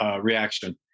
reaction